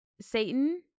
Satan